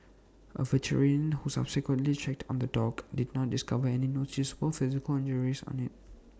A veterinarian who subsequently checked on the dog did not discover any noticeable physical injuries on IT